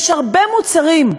יש הרבה מוצרים,